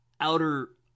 outer